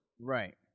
Right